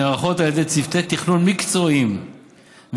הנערכות על ידי צוותי תכנון מקצועיים ורב-תחומיים,